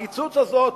הקיצוץ הזה,